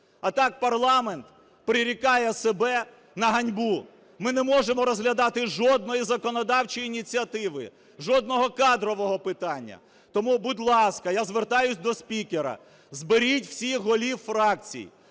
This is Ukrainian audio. А так парламент прирікає себе на ганьбу. Ми не можемо розглядати жодної законодавчої ініціативи, жодного кадрового питання. Тому, будь ласка, я звертаюся до спікера, зберіть всіх голів фракцій,